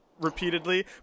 repeatedly